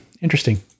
interesting